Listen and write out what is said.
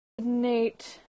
Nate